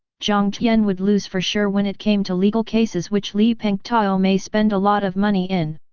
jiang tian would lose for sure when it came to legal cases which li pengtao may spend a lot of money in.